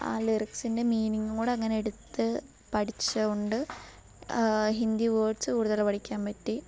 ആ ലിറിക്സ്ൻ്റെ മീനിങ് കൂടെ അങ്ങനെ എടുത്ത് പഠിച്ചുകൊണ്ട് ഹിന്ദി വേഡ്സ് കൂടുതൽ പഠിക്കാൻ പറ്റി